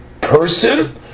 person